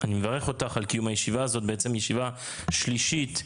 כל האוכלוסייה הזאת כרגע היא אוכלוסיית הפליטים.